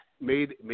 made